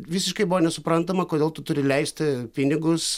visiškai buvo nesuprantama kodėl tu turi leisti pinigus